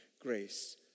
grace